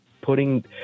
putting